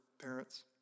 parents